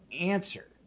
answer